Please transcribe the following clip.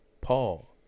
Paul